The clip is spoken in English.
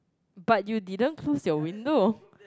but you didn't close your window